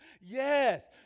Yes